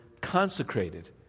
consecrated